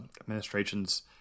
administration's